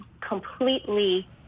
completely